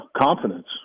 confidence